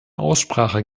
aussprache